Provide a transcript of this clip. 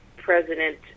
president